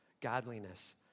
godliness